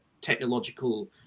technological